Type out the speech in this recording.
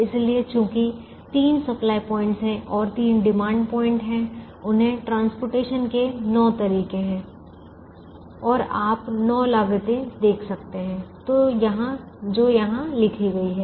इसलिए चूंकि तीन सप्लाय पॉइंटस हैं और तीन डिमांड पॉइंट हैं उन्हें परिवहन के नौ तरीके हैं और आप नौ लागतें देख सकते हैं जो यहां लिखी गई हैं